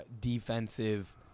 defensive